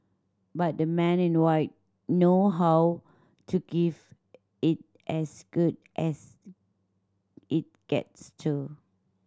but the Men in White know how to give it as good as it gets too